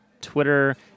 Twitter